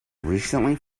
recently